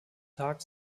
tag